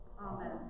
Amen